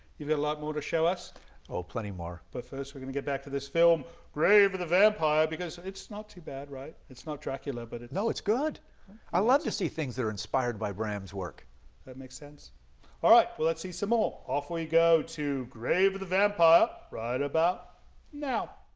you've got a lot more to show us oh plenty more but first we're gonna get back to this film grave of the vampire because it's not too bad right it's not dracula but it no it's good i'd love to see things that are inspired by bram's work that makes sense all right well let's see some more off when you go to grave of the vampire right about now